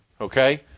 okay